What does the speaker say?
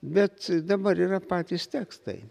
bet dabar yra patys tekstai